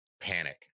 panic